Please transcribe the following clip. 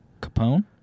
Capone